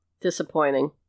Disappointing